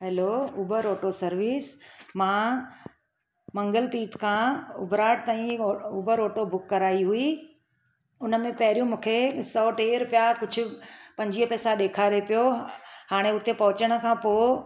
hello Uber auto service मां मंगल तीथ खां उभराट ताईं उबर ऑटो बुक कराई हुई हुन में पहिरयों मूंखे सौ टे रूपिया कुछ पंजवीह पैसा ॾेखारे पयो हाणे हुते पोहचण खां पोइ